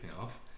off